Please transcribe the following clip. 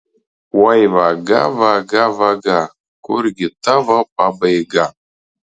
oi vaga vaga vaga kurgi tavo pabaiga